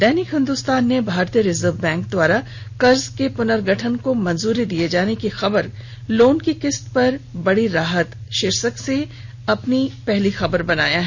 दैनिक हिन्दुस्तान ने भारतीय reserve bank द्वारा कर्ज के पूर्नगठन को मंजुरी दिए जाने की खबर को लोन की किष्त पर बड़ी राहत शीर्षक से अपनी पहली खबर बनाया है